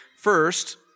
First